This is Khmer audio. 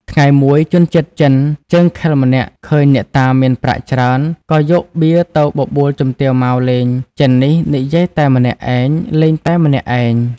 ថ្ងៃមួយ ជនជាតិចិនជើងខិលម្នាក់ ឃើញអ្នកតាមានប្រាក់ច្រើន ក៏យកបៀទៅបបួលជំទាវ ម៉ៅ លេង ចិននេះនិយាយតែម្នាក់ឯង លេងតែម្នាក់ឯង ។